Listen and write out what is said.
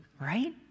right